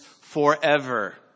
forever